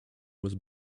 was